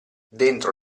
dentro